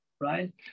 right